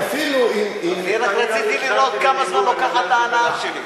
אני רק רציתי לראות כמה זמן לוקחת ההנאה שלי.